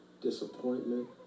disappointment